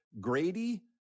Grady